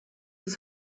was